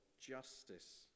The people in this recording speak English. justice